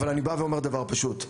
אבל אני בא ואומר דבר פשוט,